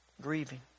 Grieving